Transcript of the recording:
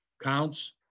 counts